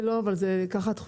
לא, אבל זה ככה התחושה.